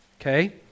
Okay